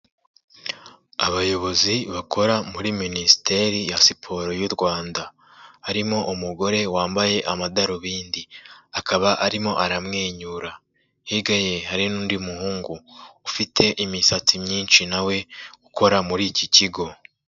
Abayobozi bakora muri Minisiteri ya siporo y'u Rwanda, harimo umugore wambaye amadarubindi, akaba arimo aramwenyura, hirya ye hari n'undi muhungu ufite imisatsi myinshi nawe ukora muri iki kigo.